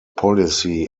policy